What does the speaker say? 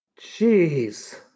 Jeez